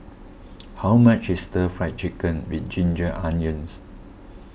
how much is Stir Fry Chicken with Ginger Onions